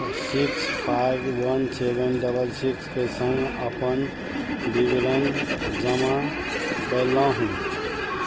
six five one seven double सिक्सके सङ्ग अपन विवरण जमा कएलहुँ हँ